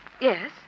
Yes